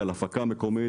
על הפקה מקומית,